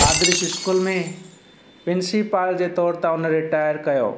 आदर्श school में principal जे तौरु तां उन रिटायर कयो